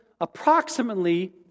approximately